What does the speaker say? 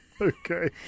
Okay